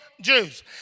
Jews